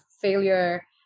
failure